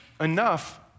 enough